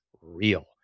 real